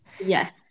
Yes